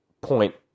point